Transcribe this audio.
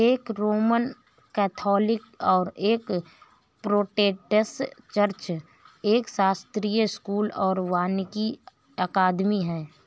एक Roman Catholic और एक प्रोटेस्टेंट चर्च, एक शास्त्रीय स्कूल और वानिकी अकादमी है